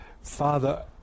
Father